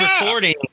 recording